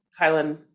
kylan